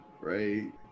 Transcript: right